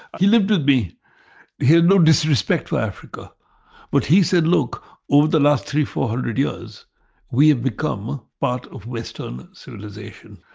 he lived with me. he had no disrespect for africa but he said look over the last three four hundred years we have become part of western civilisation.